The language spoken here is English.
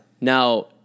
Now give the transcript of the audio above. Now